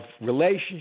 relationship